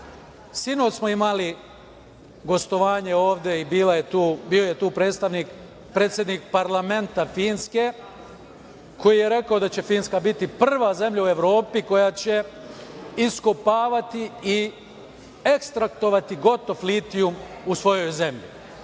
smo imali gostovanje ovde, bila je tu predsednik parlamenta Finske, koji je rekao da će Finska biti prva zemlja u Evropi koja će iskopavati i ekstraktovati gotov litijum u svojoj zemlji. Molim